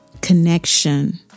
connection